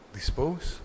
Dispose